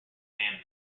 land